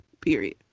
period